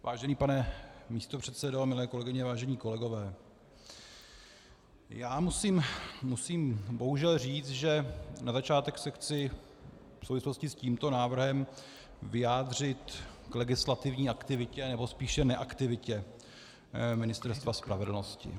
Vážený pane místopředsedo, milé kolegyně, vážení kolegové, já musím bohužel říci, že na začátku se chci v souvislosti s tímto návrhem vyjádřit k legislativní aktivitě nebo spíše neaktivitě Ministerstva spravedlnosti.